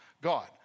God